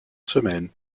semaine